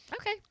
Okay